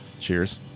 cheers